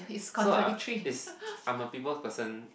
so I is I'm a people person